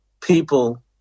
people